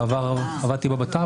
בעבר עבדתי בבט"פ,